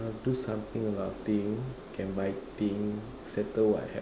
do something a lot of thing can buy thing settle what